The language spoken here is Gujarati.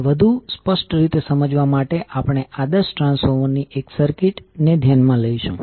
આને વધુ સ્પષ્ટ રીતે સમજવા માટે આપણે આદર્શ ટ્રાન્સફોર્મર ની એક સર્કિટ ને ધ્યાનમા લઈશું